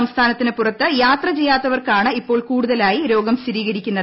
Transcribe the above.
സംസ്ഥാനത്തിന് പുറത്ത് യാത്ര ചെയ്യാത്തവർക്കാണ് ഇപ്പോൾ കൂടുതലായി രോഗം സ്ഥിരീകരിക്കുന്നത്